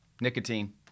Nicotine